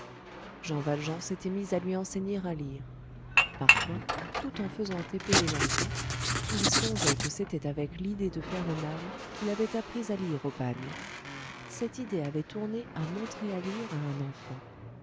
jean valjean s'était mis à lui enseigner à lire parfois tout en faisant épeler l'enfant il songeait que c'était avec l'idée de faire le mal qu'il avait appris à lire au bagne cette idée avait tourné à montrer à lire à un enfant